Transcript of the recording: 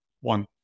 One